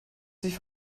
sich